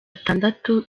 atandatu